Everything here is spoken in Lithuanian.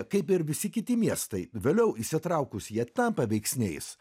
kaip ir visi kiti miestai vėliau įsitraukūs jie tampa veiksniais